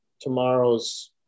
tomorrow's